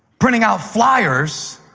printing out flyers,